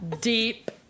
Deep